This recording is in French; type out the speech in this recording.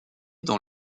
dans